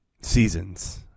seasons